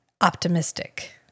optimistic